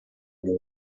mundo